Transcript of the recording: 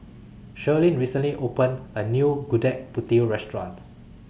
Shirlene recently opened A New Gudeg Putih Restaurant